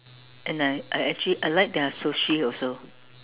and I I actually I like their sushi also